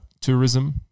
tourism